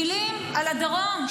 טילים על הדרום.